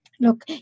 look